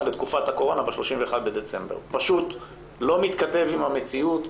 לתקופת הקורונה ב- 31.12. פשוט לא מתכתב עם המציאות,